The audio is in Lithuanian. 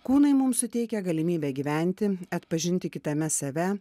kūnai mums suteikia galimybę gyventi atpažinti kitame save